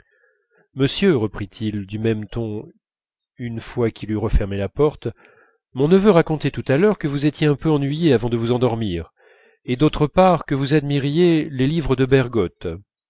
monsieur reprit-il du même ton une fois qu'il eut refermé la porte mon neveu racontait tout à l'heure que vous étiez un peu ennuyé avant de vous endormir et d'autre part que vous admiriez les livres de bergotte